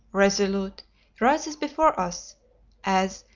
resolute rises before us as,